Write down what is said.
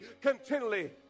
continually